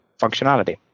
functionality